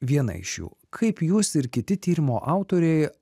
viena iš jų kaip jūs ir kiti tyrimo autoriai